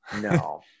No